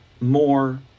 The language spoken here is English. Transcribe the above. more